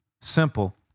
simple